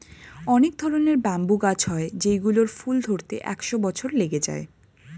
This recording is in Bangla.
অনেক ধরনের ব্যাম্বু গাছ হয় যেই গুলোর ফুল ধরতে একশো বছর লেগে যায়